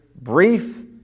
brief